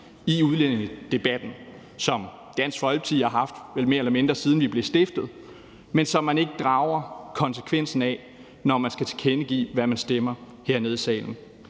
i udlændingedebatten, som Dansk Folkeparti har haft vel mere eller mindre siden vi blev stiftet, men som man ikke drager konsekvensen af, når man skal tilkendegive, hvad man stemmer hernede i salen.